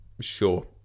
Sure